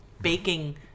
baking